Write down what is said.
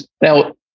now